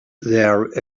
there